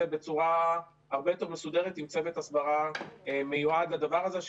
בצורה הרבה יותר מסודרת עם צוות הסברה מיועד לדבר הזה,